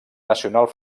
nacional